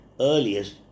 earliest